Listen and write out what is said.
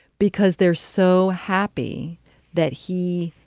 because they're so happy that he.